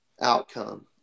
outcome